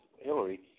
Hillary